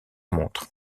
montre